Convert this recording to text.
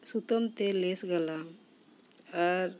ᱠᱩᱛᱟᱹᱢᱼᱛᱮ ᱞᱮᱥ ᱜᱟᱞᱟᱝ ᱟᱨ